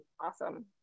Awesome